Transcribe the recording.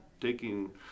taking